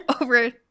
over